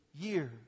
years